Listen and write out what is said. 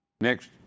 Next